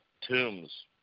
tombs